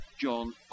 John